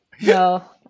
No